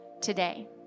today